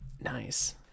Nice